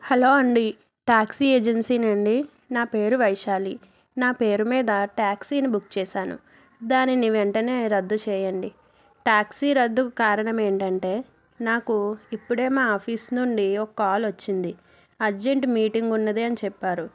hello అండి taxi ఏజెన్సీనండి నా పేరు వైశాలి నా పేరు మీద ట్యాక్సీని బుక్ చేశాను దానిని వెంటనే రద్దు చేయండి ట్యాక్సీ రద్దుకు కారణమేంటంటే నాకు ఇప్పుడే మా ఆఫీసు నుండి ఒక్కాలొచ్చింది అర్జెంట్ మీటింగ్ ఉన్నది అని చెప్పారు